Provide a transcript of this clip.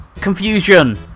confusion